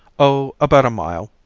oh, about a mile.